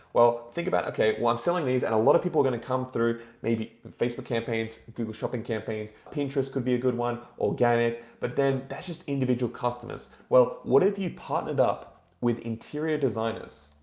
well, think about okay, well, i'm selling these and a lot of people are gonna come through, maybe facebook campaigns, google shopping campaigns, pinterest could be a good one, organic but then that's just individual customers. well, what if you partnered up with interior designers?